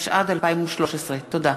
התשע"ד 2013. תודה.